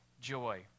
joy